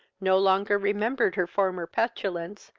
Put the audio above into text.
no longer remembered her former petulance,